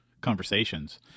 conversations